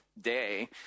Day